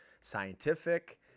scientific